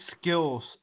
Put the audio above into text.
skills